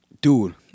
dude